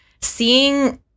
Seeing